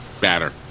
batter